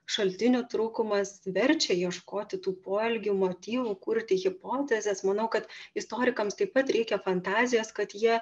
šaltinių trūkumas verčia ieškoti tų poelgių motyvų kurti hipotezes manau kad istorikams taip pat reikia fantazijos kad jie